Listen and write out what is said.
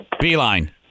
Beeline